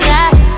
Yes